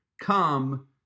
come